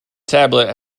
tablet